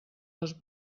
les